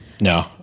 no